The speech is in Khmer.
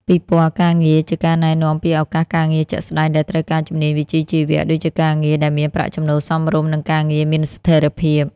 ពិព័រណ៍ការងារ ជាការណែនាំពីឱកាសការងារជាក់ស្តែងដែលត្រូវការជំនាញវិជ្ជាជីវៈ ដូចជាការងារដែលមានប្រាក់ចំណូលសមរម្យ និងការងារមានស្ថិរភាព។